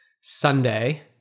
Sunday